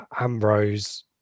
Ambrose